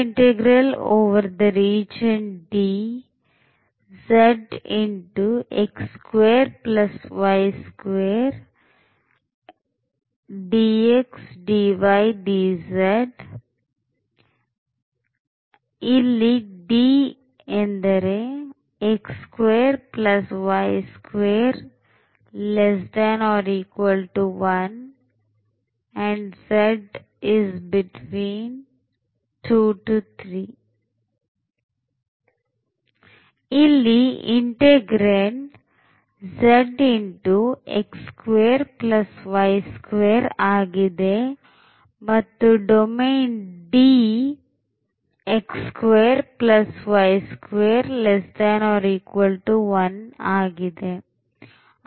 ಇಲ್ಲಿ integrand ಆಗಿದೆ ಮತ್ತು ಡೊಮೇನ್ D ಆಗಿದೆ